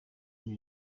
muri